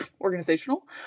organizational